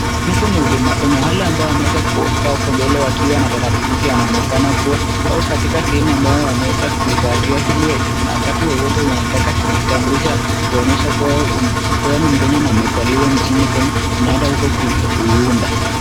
Huku ni huduma Kenya wale ambao wameweza kukaa huko mbele wakiwa na tarakilishi wanaonekana kuwa wako katika sehemu ambayo wameweza kuifuatilia hili wakati wowote unaitaka kitambulisho la kuonyesha kuwa wewe ni mkenya na umezaliwa mjini Kenya unaenda huko kuiunda.